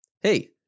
Hey